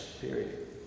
period